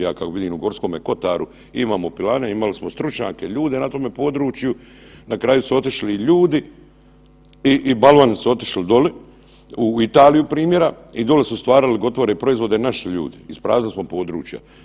Ja kad vidim u Gorskom Kotaru imamo pilane, imali smo stručnjake ljude na tome području, na kraju su otišli i ljudi i, i balvani su otišli doli u Italiju primjera i doli su stvarali gotove proizvode naši ljudi, ispraznili smo područja.